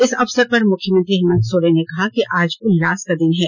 इस अवसर पर मुख्यमंत्री हेमंत सोरेन ने कहा कि आज उल्लास का दिन है